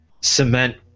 cement